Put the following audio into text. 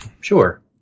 Sure